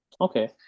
Okay